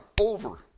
over